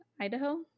Idaho